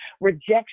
rejection